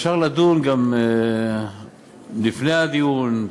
אפשר לדון גם לפני הדיון,